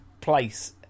place